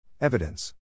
Evidence